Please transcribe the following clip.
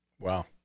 Wow